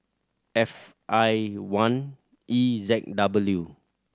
F I one E Z W